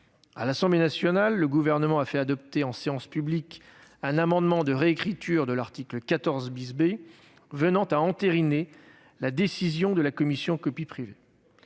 À l'Assemblée nationale, le Gouvernement a fait adopter en séance publique un amendement de réécriture de l'article 14 B, venant entériner la décision de la commission précitée.